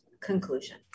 conclusion